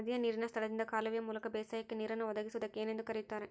ನದಿಯ ನೇರಿನ ಸ್ಥಳದಿಂದ ಕಾಲುವೆಯ ಮೂಲಕ ಬೇಸಾಯಕ್ಕೆ ನೇರನ್ನು ಒದಗಿಸುವುದಕ್ಕೆ ಏನೆಂದು ಕರೆಯುತ್ತಾರೆ?